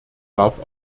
darf